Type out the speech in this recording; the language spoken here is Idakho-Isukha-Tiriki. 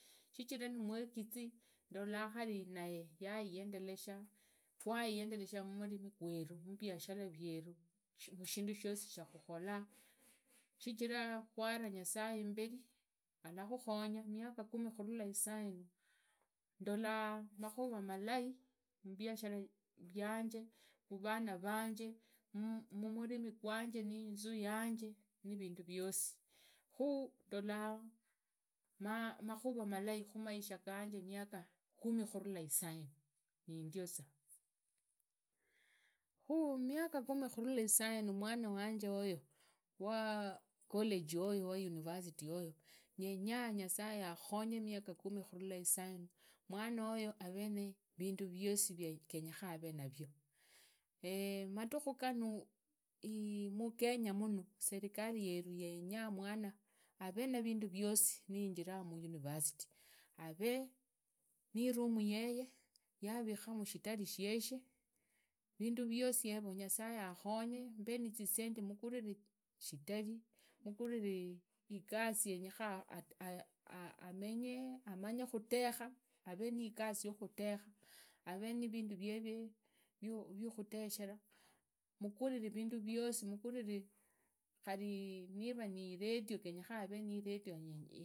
Shichira nimuegizi ndola khari naye waendelesha mimariri gweru mviashara vyeru shindu shosi shakhukhola sichira kwaraa nyasaye imberi akakhukhonya miaka kumi khurula isainu ndola makhuva malai muviashara vianje mvana vanje mumunmi gwanje inza yange khuvindu viosi khurula isainu ndola makhura malai muviashara vianje mvana vanje mumurimi gwanje inzu yanje khuvindu viosi khu ndolanga makhuva malai khumaisha ganje khurindu viosi khu ndolanga makhuva malai khumaisha ganje khurula isaina nindioza khu miaka kumi khurula isaina mwana wanje oyo wa college oyo waaniversity oyo yengaa yasuye adhonye khurula miaka kumi khurula isainu mwanogo havee na vindu viosi via genye khanaa havee navyo eeeh madhuku gana mukenya yumu serenali yenu yenya umwana havee navindu viosi nainjiraa muuniversity. havee nirumu yoge yavikhamu shitari sheshe vindu viosi nyasaye akhonye mbe nizisendi mugurire shitani mugurire igasi yengekhana amanye khutekha igasi yakhutekha avee nivindu vierie vikhuteshera mugurire vindu viosi khari niva ni iredio